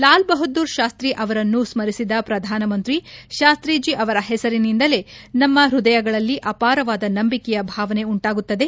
ಲಾಲ್ ಬಹದ್ದೂರ್ ಶಾಸ್ತಿ ಅವರನ್ನು ಸ್ಟರಿಸಿದ ಪ್ರಧಾನಮಂತ್ರಿ ಶಾಸ್ತೀಜಿ ಅವರ ಹೆಸರಿನಿಂದಲೇ ನಮ್ಮ ಹೃದಯಗಳಲ್ಲಿ ಅಪಾರವಾದ ನಂಬಿಕೆಯ ಭಾವನೆ ಉಂಟಾಗುತ್ತದೆ